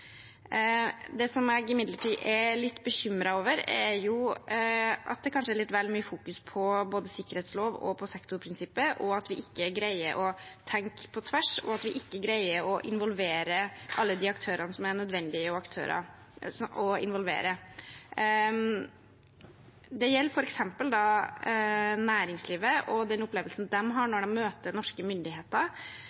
Det som jeg imidlertid er litt bekymret over, er at det kanskje er litt vel mye fokusering på både sikkerhetslov og sektorprinsippet, at vi ikke greier å tenke på tvers, og at vi ikke greier å involvere alle de aktørene som er nødvendig å involvere. Det gjelder f.eks. næringslivet og den opplevelsen de har